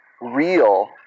real